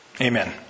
Amen